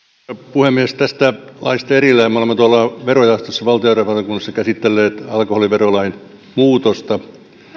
puhemies tästä laista erillään me olemme tuolla verojaostossa valtiovarainvaliokunnassa käsitelleet alkoholiverolain muutosta